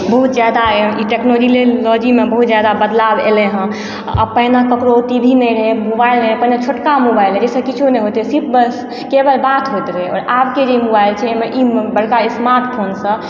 बहुत जादा ई टेक्नोलॉजी लेल लोजीमे बहुत जादा बदलाव एलय हँ पहिने ककरो टी वी नहि रहय मोबाइल नहि रहय पहिने छोटका मोबाइल रहय जे से किछो नहि होइत रहय सिर्फ बस केवल बात होइत रहय आओर आबके जे ई मोबाइल छै अइमे ई बड़का स्मार्ट फोनसँ